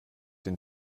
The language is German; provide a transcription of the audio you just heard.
den